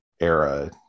era